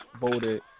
Voted